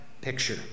picture